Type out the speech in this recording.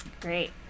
Great